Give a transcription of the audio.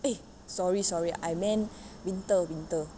eh sorry sorry I meant winter winter